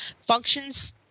Functions